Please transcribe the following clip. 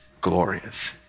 glorious